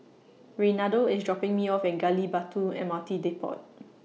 Reynaldo IS dropping Me off At Gali Batu M R T Depot